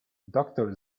doctor